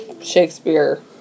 Shakespeare